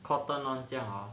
Cotton On 这样 hor